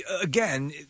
again